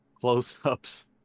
close-ups